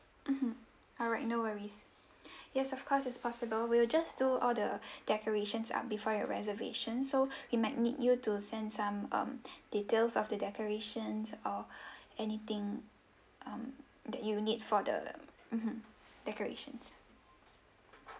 mmhmm alright no worries yes of course it's possible we'll just do all the decorations um before your reservation so we might need you to send some um details of the decorations or anything um that you'll need for the mmhmm decorations